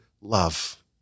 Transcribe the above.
love